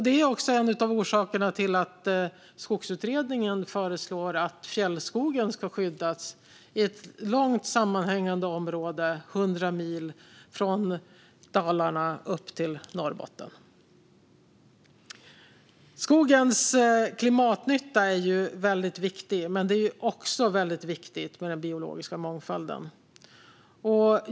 Det är också en av orsakerna till att Skogsutredningen föreslår att fjällskogen ska skyddas i ett långt, sammanhängande område på 100 mil, från Dalarna upp till Norrbotten. Skogens klimatnytta är väldigt viktig, men det är också väldigt viktigt med den biologiska mångfalden.